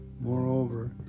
Moreover